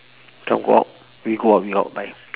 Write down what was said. try go out we go out we out bye